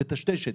מטשטשת.